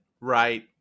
right